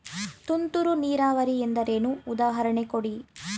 ತುಂತುರು ನೀರಾವರಿ ಎಂದರೇನು, ಉದಾಹರಣೆ ಕೊಡಿ?